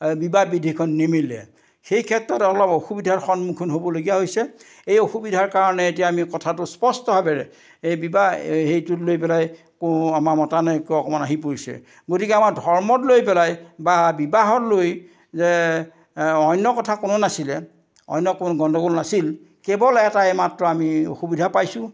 এই বিবাহ বিধিখন নিমিলে সেই ক্ষেত্ৰত অলপ অসুবিধাৰ সন্মুখীন হ'বলগীয়া হৈছে এই অসুবিধাৰ কাৰণে এতিয়া আমি কথাটো স্পষ্টভাৱেৰে এই বিবাহ সেইটো লৈ পেলাই কোনো আমাৰ মতানৈক্য অকণমান আহি পৰিছে গতিকে আমাৰ ধৰ্মত লৈ পেলাই বা বিবাহত লৈ যে অন্য কথা কোনো নাছিলে অন্য কোনো গণ্ডগোল নাছিল কেৱল এটাই মাত্ৰ আমি অসুবিধা পাইছোঁ